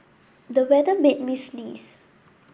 the weather made me sneeze